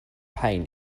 pain